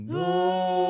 no